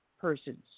persons